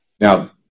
Now